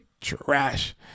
trash